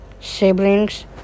siblings